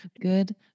Good